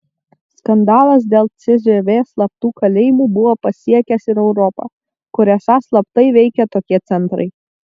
skandalas dėl cžv slaptų kalėjimų buvo pasiekęs ir europą kur esą slaptai veikė tokie centrai